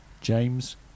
James